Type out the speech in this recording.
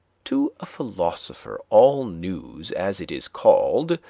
to a philosopher all news, as it is called,